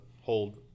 hold